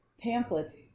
pamphlets